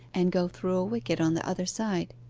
and go through a wicket on the other side.